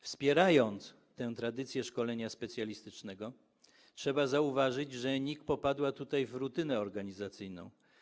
Wspierając tę tradycję szkolenia specjalistycznego, trzeba zauważyć, że NIK popadła tutaj w rutynę organizacyjną.